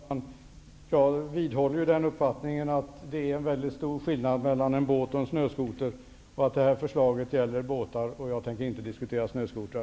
Herr talman! Jag vidhåller uppfattningen att det är mycket stor skillnad mellan en båt och en snöskoter. Det här förslaget gäller båtar, och jag tänker inte diskutera snöskotrar.